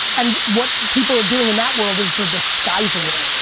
and what people are doing in that world is their disguising it.